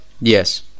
Yes